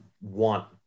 want